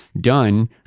done